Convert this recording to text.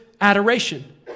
adoration